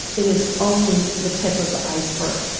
it is only the tip of the iceberg.